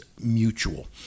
mutual